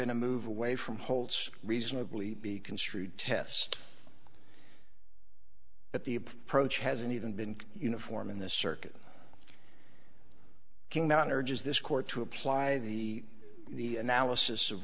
been a move away from holds reasonably be construed test at the approach hasn't even been uniform in the circuit came out or just this court to apply the the analysis of